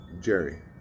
Jerry